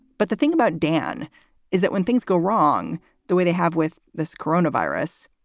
but the thing about dan is that when things go wrong the way they have with this corona virus,